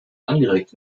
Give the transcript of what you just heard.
angeregt